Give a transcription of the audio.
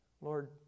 Lord